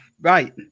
right